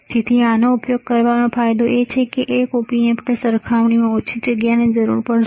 તેથી આનો ઉપયોગ કરવાનો ફાયદો એ છે કે તેને એક op ampની સરખામણીમાં ઓછી જગ્યાની જરૂર પડશે